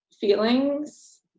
feelings